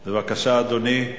בבקשה, אדוני.